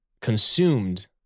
consumed